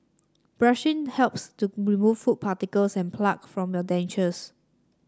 brushing helps to remove food particles and plaque from your dentures